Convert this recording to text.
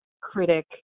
critic